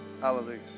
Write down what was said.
hallelujah